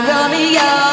Romeo